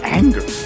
anger